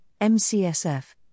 MCSF